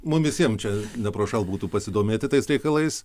mum visiem čia neprošal būtų pasidomėti tais reikalais